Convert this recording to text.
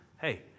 Hey